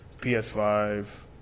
PS5